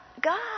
God